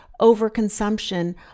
overconsumption